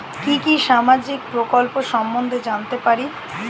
কি কি সামাজিক প্রকল্প সম্বন্ধে জানাতে পারি?